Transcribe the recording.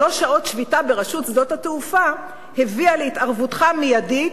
שלוש שעות שביתה ברשות שדות התעופה הביאו להתערבותך המיידית,